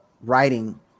writing